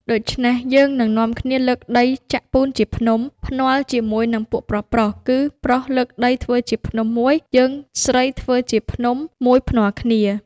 ដូចេ្នះយើងនឹងនាំគ្នាលើកដីចាក់ពូនជាភ្នំ ភ្នាល់ជាមួយនិងពួកប្រុសៗ គឺប្រុសលើកដីធ្វើជាភ្នំមួយ យើងស្រីធ្វើជាភ្នំ មួយភ្នាល់គ្នា។